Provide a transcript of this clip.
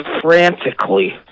frantically